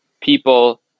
people